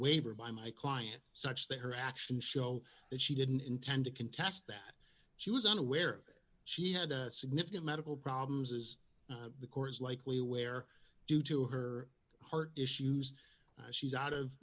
waiver by my client such that her actions show that she didn't intend to contest that she was unaware she had a significant medical problems as the court is likely aware due to her heart issues she's out of